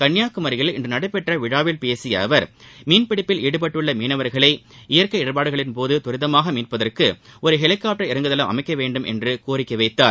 கன்னியாகுமரியில் இன்று நடைபெற்ற விழாவில் பேசிய அவர் மீன்பிடிப்பில் ஈடுபட்டுள்ள மீனவர்களை இயற்கை இடர்பாடுகளின்போது துரிதமாக மீட்பதற்கு ஒரு ஹெலிகாப்டர் இறங்குதளம் அமைக்க வேண்டும் என்று கோரிக்கை வைத்தார்